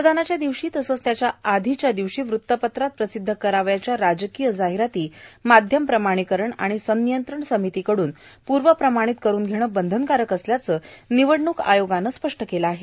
मतदानाच्या दिवशी तसेच त्याच्या अगोदरच्या दिवशी वृत्तपत्रात प्रसिद्ध करावयाच्या राजकीय जाहिराती माध्यम प्रमाणीकरण आणि सनियंत्रण समितीकडून पूर्व प्रमाणित करून धेणे बंधनकारक असल्याचे निवडणूक आयोगाने स्पष्ट केलं आहे